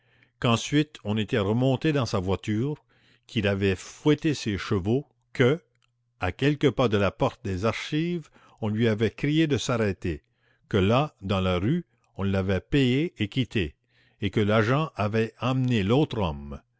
qu'ensuite on était remonté dans sa voiture qu'il avait fouetté ses chevaux que à quelques pas de la porte des archives on lui avait crié de s'arrêter que là dans la rue on l'avait payé et quitté et que l'agent avait emmené l'autre homme